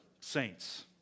saints